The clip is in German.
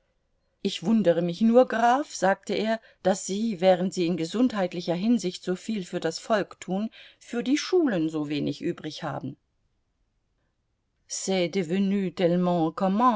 ich wundere mich nur graf sagte er daß sie während sie in gesundheitlicher hinsicht so viel für das volk tun für die schulen so wenig übrig haben